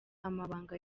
amabanga